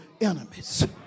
enemies